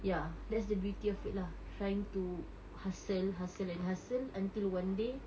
ya that's the beauty of it lah trying to hustle hustle and hustle until one day